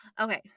Okay